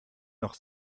noch